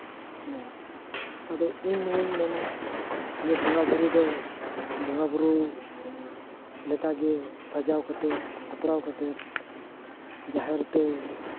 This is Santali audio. ᱢᱮᱱᱟ ᱟᱫᱚ ᱤᱧ ᱱᱚᱣᱟᱧ ᱢᱮᱱᱟ ᱡᱮ ᱵᱚᱸᱜᱟᱼᱵᱩᱨᱩ ᱫᱚ ᱵᱚᱸᱜᱟᱼᱵᱩᱨᱩ ᱞᱮᱠᱟᱜᱮ ᱥᱟᱡᱟᱣ ᱠᱟᱛᱮᱫ ᱥᱟᱯᱲᱟᱣ ᱠᱟᱛᱮᱫ ᱡᱟᱦᱮᱨ ᱛᱮ